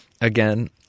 Again